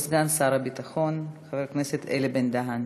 סגן שר הביטחון חבר הכנסת אלי בן-דהן.